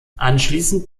anschließend